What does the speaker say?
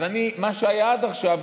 אז מה שהיה עד עכשיו,